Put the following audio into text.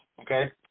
Okay